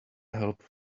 help